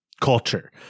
culture